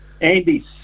Andy